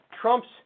Trump's